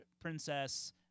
princess